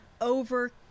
over